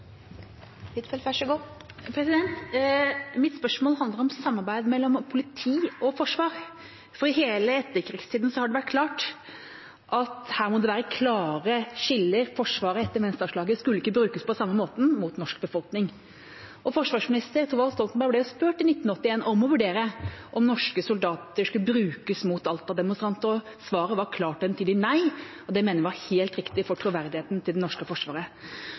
Mitt spørsmål handler om samarbeid mellom politi og forsvar, for i hele etterkrigstida har det vært klart at her må det være klare skiller. Forsvaret etter Menstadslaget skulle ikke brukes på samme måten mot norsk befolkning, og forsvarsminister Thorvald Stoltenberg ble spurt i 1981 om å vurdere om norske soldater skulle brukes mot Alta-demonstranter. Svaret var klart og entydig nei, og det mener jeg var helt riktig for troverdigheten til det norske forsvaret.